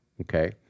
Okay